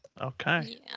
Okay